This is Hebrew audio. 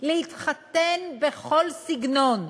להתחתן בכל סגנון,